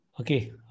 Okay